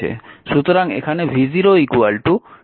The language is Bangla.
সুতরাং এখানে v0 10i1 10